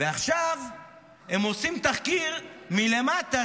ועכשיו הם עושים תחקיר מלמטה.